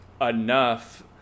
enough